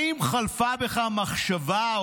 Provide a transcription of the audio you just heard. האם חלפה בך המחשבה,